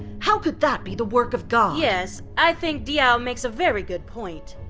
how could that be the work of god? yes! i think diao makes a very good point!